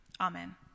Amen